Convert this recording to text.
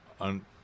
On